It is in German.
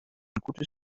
gutes